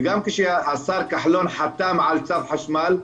וגם כשהשר כחלון חתם על צו חשמל,